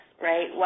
Right